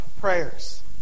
prayers